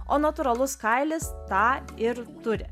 o natūralus kailis tą ir turi